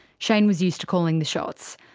shane was used to calling the shots.